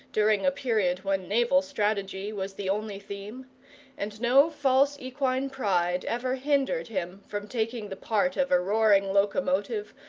during a period when naval strategy was the only theme and no false equine pride ever hindered him from taking the part of a roaring locomotive,